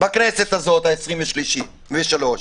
בכנסת הזאת, העשרים ושלוש,